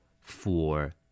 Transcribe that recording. four